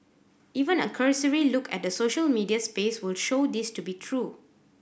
even a cursory look at the social media space will show this to be true